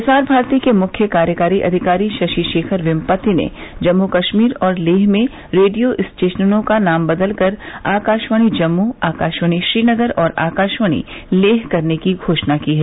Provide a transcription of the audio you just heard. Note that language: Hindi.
प्रसार भारती के मुख्य कार्यकारी अधिकारी शशि शेखर वेम्पति ने जम्मू श्रीनगर और लेह में रेडियो स्टेशनों का नाम बदलकर आकाशवाणी जम्मू आकाशवाणी श्रीनगर और आकाशवाणी लेह करने की घोषणा की है